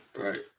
Right